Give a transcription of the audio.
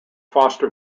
foster